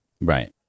Right